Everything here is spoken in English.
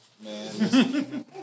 man